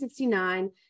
1969